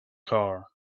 car